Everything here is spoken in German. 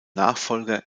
nachfolger